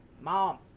mom